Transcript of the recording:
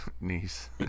niece